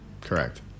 Correct